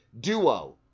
duo